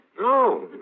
no